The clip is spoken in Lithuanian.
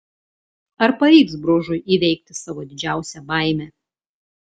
ar pavyks bružui įveikti savo didžiausią baimę